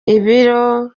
ibiro